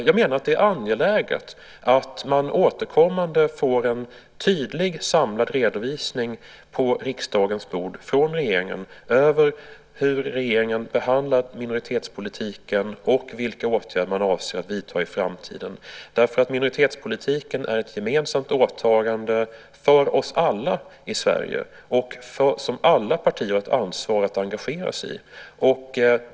Jag menar att det är angeläget att man återkommande får en tydlig, samlad redovisning på riksdagens bord från regeringen över hur regeringen behandlar minoritetspolitiken och vilka åtgärder man avser att vidta i framtiden. Minoritetspolitiken är ett gemensamt åtagande för oss alla i Sverige som alla partier har ett ansvar att engagera sig i.